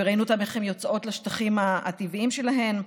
וראינו איך הן יוצאות לשטחים הטבעיים שלהן.